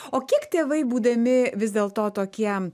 o kiek tėvai būdami vis dėlto tokie